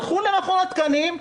הלכו למכון התקנים,